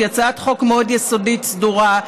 שהיא הצעת חוק מאוד יסודית וסדורה,